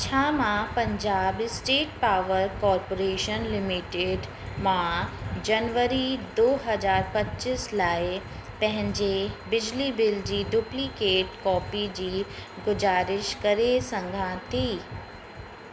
छा मां Punjab State Power Corporation Limited मां जनवरी दो हज़ार पचीस लाइ पंहिंजे बिजली बिल जी डुप्लीकेट कॉपी जी गुज़ारिश करे सघां थी